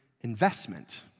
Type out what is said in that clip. investment